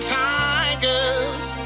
tigers